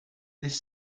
this